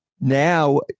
now